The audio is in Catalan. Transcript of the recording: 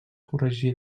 corregir